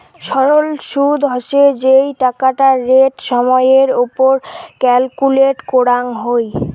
সরল সুদ হসে যেই টাকাটা রেট সময় এর ওপর ক্যালকুলেট করাঙ হই